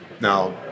Now